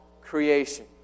creation